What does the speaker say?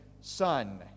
son